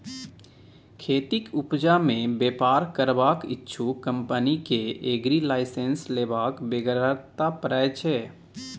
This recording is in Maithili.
खेतीक उपजा मे बेपार करबाक इच्छुक कंपनी केँ एग्री लाइसेंस लेबाक बेगरता परय छै